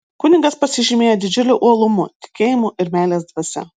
kunigas pasižymėjo didžiuliu uolumu tikėjimu ir meilės dvasia